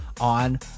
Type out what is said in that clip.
on